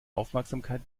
aufmerksamkeit